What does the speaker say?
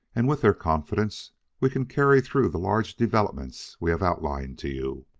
and with their confidence we can carry through the large developments we have outlined to you.